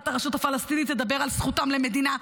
הרשות הפלסטינית תדבר על זכותם למדינה.